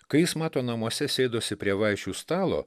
kai jis mato namuose sėdosi prie vaišių stalo